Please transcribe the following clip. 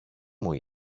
μου